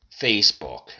Facebook